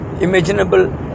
imaginable